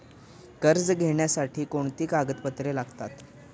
कर्ज घेण्यासाठी कोणती कागदपत्रे लागतात?